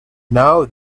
now